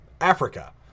Africa